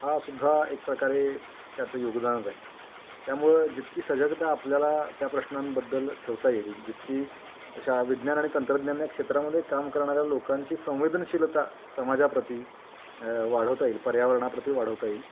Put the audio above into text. हा सुुद्धा एक प्रकारे त्याचं योगदानच आहे त्यामुळं जितकी सजगता आपल्याला त्या प्रश्नांबद्दल ठेवता येईल जितकी शा विज्ञान आणि तंत्रज्ञान या क्षेत्रामध्ये काम करणाऱ्या लोकांची संवेदनशीलता समाजाप्रती वाढवता येईल पर्यावरणाप्रती वाढवता येईल